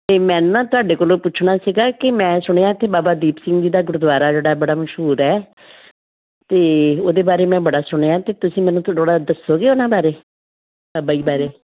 ਅਤੇ ਮੈਂ ਨਾ ਤੁਹਾਡੇ ਕੋਲੋਂ ਪੁੱਛਣਾ ਸੀਗਾ ਕਿ ਮੈਂ ਸੁਣਿਆ ਕਿ ਬਾਬਾ ਦੀਪ ਸਿੰਘ ਜੀ ਦਾ ਗੁਰਦੁਆਰਾ ਜਿਹੜਾ ਬੜਾ ਮਸ਼ਹੂਰ ਹੈ ਅਤੇ ਉਹਦੇ ਬਾਰੇ ਮੈਂ ਬੜਾ ਸੁਣਿਆ ਤਾਂ ਤੁਸੀਂ ਮੈਨੂੰ ਥੋੜ੍ਹਾ ਜਿਹਾ ਦੱਸੋਗੇ ਉਹਨਾਂ ਬਾਰੇ ਬਾਬਾ ਜੀ ਬਾਰੇ